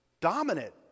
dominant